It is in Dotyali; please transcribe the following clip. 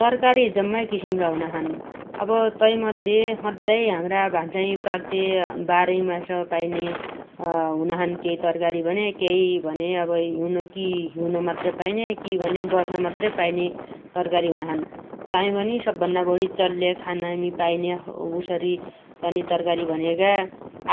तरकारी जम्माइ किसिमगा हुनाछन् । अब तैमध्ये सद्दाइ हाम्रा भान्सामी पाक्ते बारैमास पाइने हुनाछन् केइ तरकारी भने केइ भने हिउन कि हिउन मात्रै पाइन्या कि भने बर्खा मात्रै पाइन्या तरकारी हुनाछन् । तामी बनि सब्भन्ना बणी चल्ले खानामी पाइन्या उसरी तनी तरकारी भनेगा